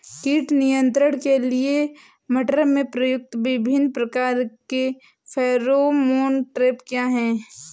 कीट नियंत्रण के लिए मटर में प्रयुक्त विभिन्न प्रकार के फेरोमोन ट्रैप क्या है?